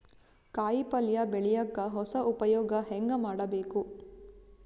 ಕಾಯಿ ಪಲ್ಯ ಬೆಳಿಯಕ ಹೊಸ ಉಪಯೊಗ ಹೆಂಗ ಮಾಡಬೇಕು?